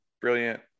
brilliant